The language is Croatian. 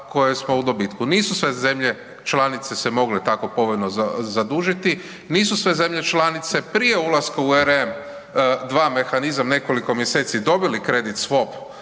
koje smo u dobitku. Nisu sve zemlje članice se mogle tako povoljno zadužiti, nisu sve zemlje članice prije ulaska u RM2 mehanizam nekoliko mjeseci dobili kredite Swap